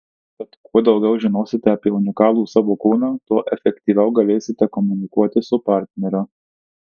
tad kuo daugiau žinosite apie unikalų savo kūną tuo efektyviau galėsite komunikuoti su partneriu